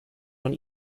von